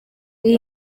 iyi